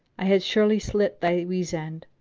i had surely slit thy weasand.